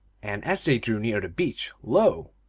and as they drew near the beach, lo!